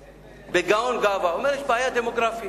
בגאון ואהבה, אומר: יש בעיה דמוגרפית.